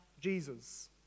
Jesus